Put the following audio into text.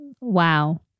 Wow